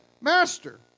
Master